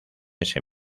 ese